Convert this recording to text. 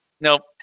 Nope